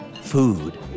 food